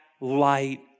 light